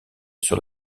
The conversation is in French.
sur